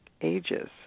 ages